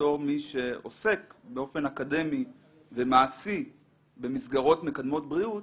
בתור מי שעוסק באופן אקדמי ומעשי במסגרות מקדמות בריאות,